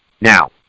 Now